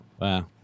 Wow